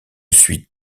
suit